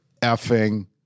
effing